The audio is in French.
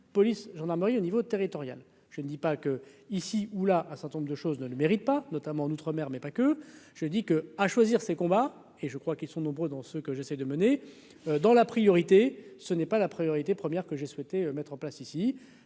police, gendarmerie, au niveau territorial, je ne dis pas que, ici ou là un certain nombre de choses ne le mérite pas, notamment en outre-mer, mais pas que je dis que, à choisir ses combats et je crois qu'ils sont nombreux dans ce que j'essaye de mener dans la priorité ce n'est pas la priorité première que j'ai souhaité mettre en place ici